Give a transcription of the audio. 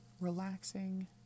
relaxing